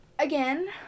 Again